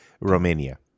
Romania